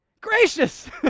gracious